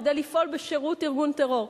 כדי לפעול בשירות ארגון טרור.